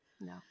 No